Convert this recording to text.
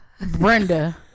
Brenda